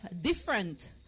different